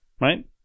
right